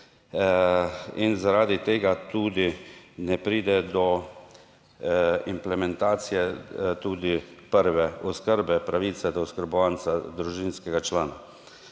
In zaradi tega tudi ne pride do implementacije tudi prve oskrbe, pravice do oskrbovanca družinskega člana.